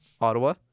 Ottawa